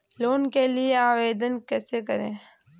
Loan के लिए आवेदन कैसे करें?